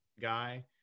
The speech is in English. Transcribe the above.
guy